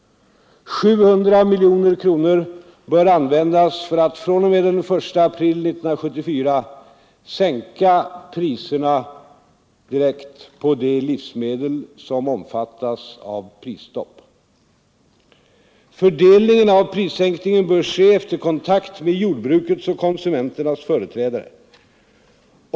700 miljoner kronor bör användas för att fr.o.m. den 1 april 1974 direkt sänka priserna på de livsmedel som omfattas av prisstopp. Fördelningen av prissänkningen bör ske efter kontakt med jordbrukets och konsumenternas företrädare.